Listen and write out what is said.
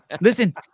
Listen